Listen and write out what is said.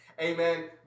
Amen